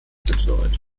betreut